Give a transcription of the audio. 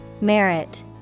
Merit